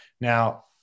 Now